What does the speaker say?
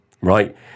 right